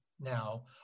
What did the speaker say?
Now